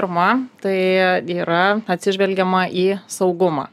pirma tai yra atsižvelgiama į saugumą